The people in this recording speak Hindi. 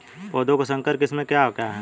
पौधों की संकर किस्में क्या क्या हैं?